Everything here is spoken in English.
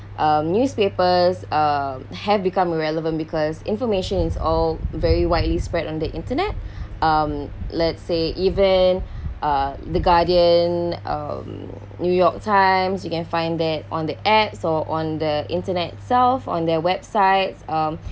um newspapers um have become a relevant because information is all very widely spread on the internet um let's say even uh the guardian um new york times you can find that on the apps or on the internet itself on their websites um